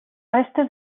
restes